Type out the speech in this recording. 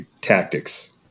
tactics